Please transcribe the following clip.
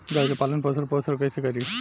गाय के पालन पोषण पोषण कैसे करी?